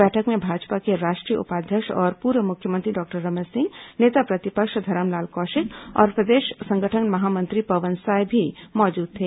बैठक में भाजपा के राष्ट्रीय उपाध्यक्ष और पूर्व मुख्यमंत्री डॉक्टर रमन सिंह नेता प्रतिपक्ष धरमलाल कौशिक और प्रदेश संगठन महामंत्री पवन साय भी मौजूद थे